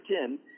ten